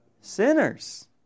sinners